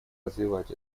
развивать